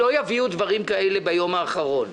לא יביאו דברים כאלה ביום האחרון.